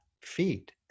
feet